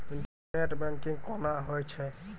Internet banking कोना होय छै?